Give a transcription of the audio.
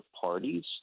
parties